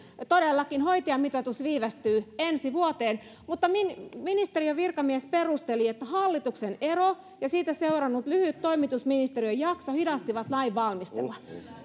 todellakin hoitajamitoitus viivästyy ensi vuoteen ministeriön virkamies perusteli että hallituksen ero ja siitä seurannut lyhyt toimitusministeristön jakso hidastivat lain valmistelua